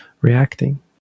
reacting